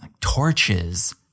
torches